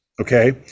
okay